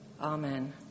Amen